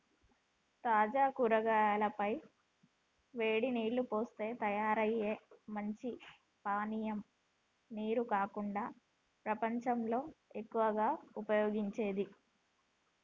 తాజా ఆకుల పై వేడి నీల్లు పోస్తే తయారయ్యే మంచి పానీయం నీరు కాకుండా ప్రపంచంలో ఎక్కువగా ఉపయోగించేది